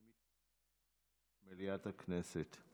15 ביוני 2022. אני מתכבד לפתוח את מליאת הכנסת.